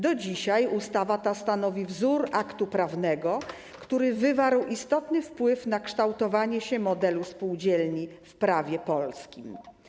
Do dzisiaj ustawa ta stanowi wzór aktu prawnego, który wywarł istotny wpływ na kształtowanie się modelu spółdzielni w prawie polskim.